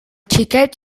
xiquets